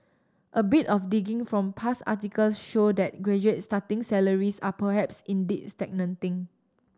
a bit of digging from past articles show that graduate starting salaries are perhaps indeed stagnating